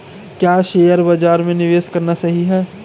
क्या शेयर बाज़ार में निवेश करना सही है?